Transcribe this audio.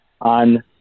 on